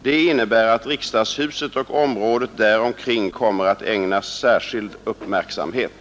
Det innebär att riksdagshuset och området där omkring kommer att ägnas särskild uppmärksamhet.